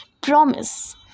promise